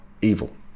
evil